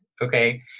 Okay